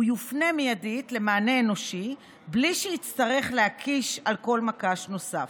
הוא יופנה מיידית למענה אנושי בלי שיצטרך להקיש על כל מקש נוסף.